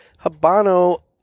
Habano